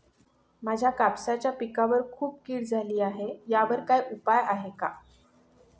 माझ्या कापसाच्या पिकावर खूप कीड झाली आहे यावर काय उपाय आहे का?